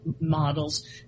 models